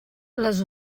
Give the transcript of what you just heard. les